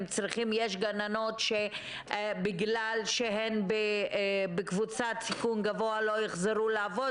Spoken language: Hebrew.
יש גננות שבגלל שהן בקבוצת סיכון גבוה לא יחזרו לעבוד,